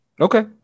okay